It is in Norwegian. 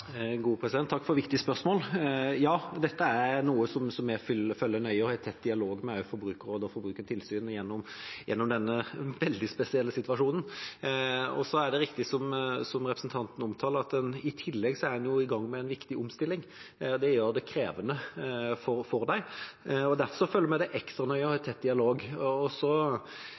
Takk for viktige spørsmål. Ja, dette er noe vi følger nøye, og vi har tett dialog også med Forbrukerrådet og Forbrukertilsynet gjennom denne veldig spesielle situasjonen. Det er riktig som representanten omtaler, at man i tillegg er i gang med en viktig omstilling. Det gjør det krevende for dem. Derfor følger vi dette ekstra nøye og har tett dialog. Så er det alltid sånn at vi vil bevilge det som vi mener vil være nødvendig og